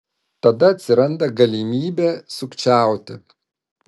tada atsiranda galimybė sukčiauti